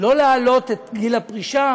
מה שקרה,